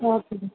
okay madam